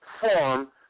form